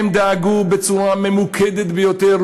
הם דאגו בצורה ממוקדת ביותר.